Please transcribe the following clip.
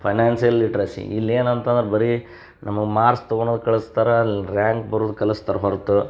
financial literacy ಇಲ್ಲಿ ಏನಂತಂದ್ರೆ ಬರೀ ನಮ್ಮ ಮಾರ್ಕ್ಸ್ ತೊಗೊಣೋದು ಕಲಸ್ತಾರ ಅಲ್ಲಿ ರ್ಯಾಂಕ್ ಬರುದು ಕಲಸ್ತಾರೆ ಹೊರತು